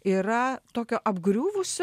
yra tokio apgriuvusio